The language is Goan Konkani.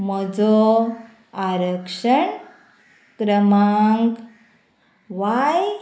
म्हजो आरक्षण क्रमांक वाय